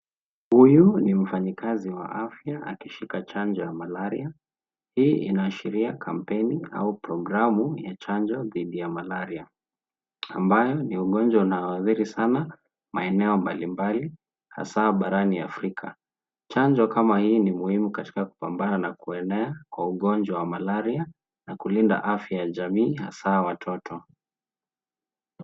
Huyu ni mfanyakazi wa afya akishika chanjo ya malaria. Hii inaashiria kampeni au programu ya chanjo dhidi ya malaria, ambayo ni ugonjwa unaohadhiri sana maeneo mbalimbali, hasa barani Afrika. Chanjo kama hii ni muhimu katika kupambana na kuenea kwa ugonjwa wa malaria na kulinda afya ya jamii, hasa ya watoto.